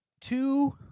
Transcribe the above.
two